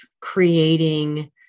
creating